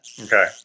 Okay